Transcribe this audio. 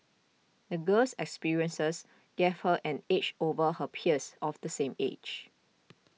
the girl's experiences gave her an edge over her peers of the same age